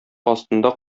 астында